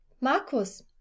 Markus